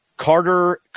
Carter